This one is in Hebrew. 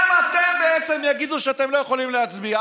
גם אתם, בעצם יגידו שאתם לא יכולים להצביע.